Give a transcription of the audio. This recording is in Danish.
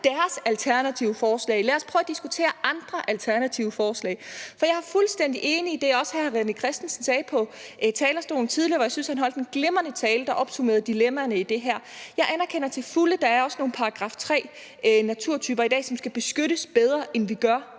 deres alternative forslag, lad os prøve at se andre alternative forslag. Jeg er fuldstændig enig i det, hr. René Christensen sagde tidligere på talerstolen, og jeg synes, han holdt en glimrende tale, hvor han opsummerede dilemmaerne i det her. Jeg anerkender til fulde, at der er nogle § 3-naturtyper i dag, som skal beskyttes bedre, end vi gør